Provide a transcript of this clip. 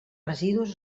residus